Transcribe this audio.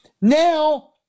now